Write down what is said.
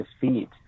defeat